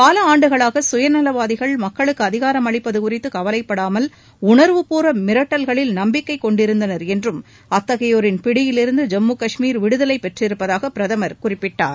பல ஆண்டுகளாக கயநலவாதிகள் மக்களுக்கு அதிகாரம் அளிப்பது குறித்து கவலைப்படாமல் உணர்வுபூர்வ மிரட்டல்களில் நம்பிக்கை கொண்டிருந்தனர் என்றும் அத்தகையோரின் பிடியில் இருந்து ஜம்மு காஷ்மீர் விடுதலை பெற்றிருப்பதாக பிரதமர் குறிப்பிட்டார்